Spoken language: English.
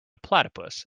platypus